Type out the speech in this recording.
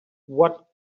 what